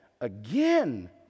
again